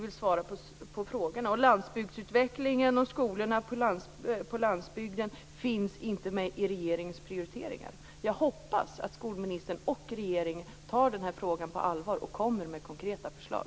Landsbygdsutvecklingen och skolorna på landsbygden finns inte med i regeringens prioriteringar. Jag hoppas att skolministern och regeringen tar den här frågan på allvar och kommer med konkreta förslag.